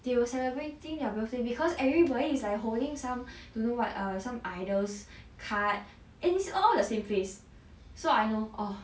they were celebrating their birthday because everybody is like holding some don't know what err some idol's card it's all the same place so I know orh